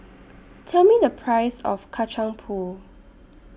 Tell Me The Price of Kacang Pool